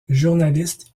journaliste